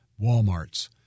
Walmarts